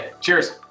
cheers